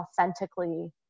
authentically